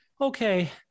okay